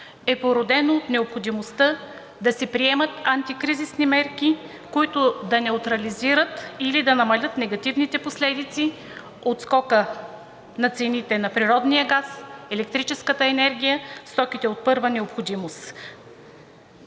е породено от необходимостта да се приемат антикризисни мерки, които да неутрализират или да намалят негативните последици от скока на цените на природния газ, електрическата енергия, стоките от първа необходимост.